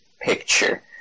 picture